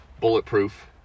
bulletproof